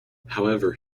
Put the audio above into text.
however